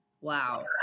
Wow